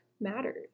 matters